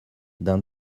d’un